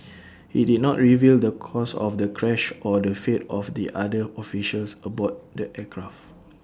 IT did not reveal the cause of the crash or the fate of the other officials aboard the aircraft